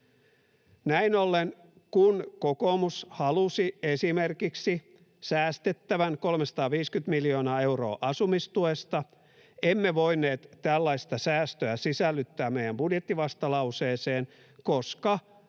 Näin ollen, kun kokoomus halusi esimerkiksi säästettävän 350 miljoonaa euroa asumistuesta, emme voineet tällaista säästöä sisällyttää meidän budjettivastalauseeseen, koska